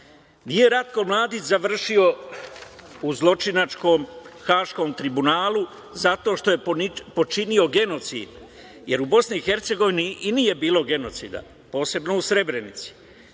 Ratko Mladić u zločinačkom Haškom tribunalu zato što je počinio genocid, jer u BiH i nije bilo genocida, posebno u Srebrenici.